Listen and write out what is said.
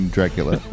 Dracula